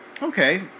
Okay